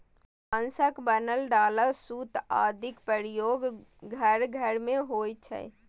बांसक बनल डाला, सूप आदिक प्रयोग घर घर मे होइ छै